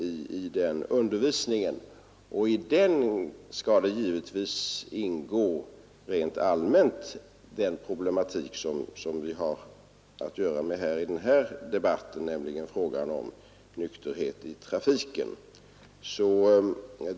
I den undervisningen skall givetvis tas upp rent allmänt den problematik som vi har att göra med i denna debatt, nämligen frågan om nykterhet i trafiken.